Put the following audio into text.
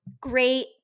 Great